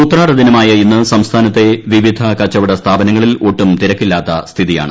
ഉത്രാടദിനമായ ഇന്മ് സംസ്ഥാനത്തെ വിവിധ കച്ചവട സ്ഥാപനങ്ങളിൽ ഒട്ടും തിരക്കില്ലാത്ത സ്ഥിതിയാണ്